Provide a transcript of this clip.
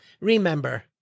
remember